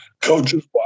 coaches